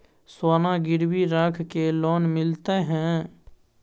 सोना गिरवी रख के लोन मिलते है?